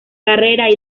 carrera